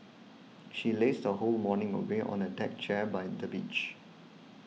she lazed her whole morning away on a deck chair by the beach